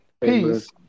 peace